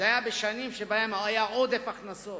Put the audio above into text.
זה היה בשנים שבהן היה עודף הכנסות,